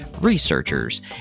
researchers